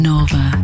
Nova